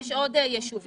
יש עוד יישובים